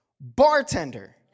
bartender